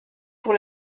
pour